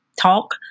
talk